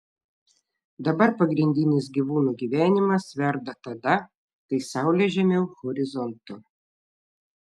dabar pagrindinis gyvūnų gyvenimas verda tada kai saulė žemiau horizonto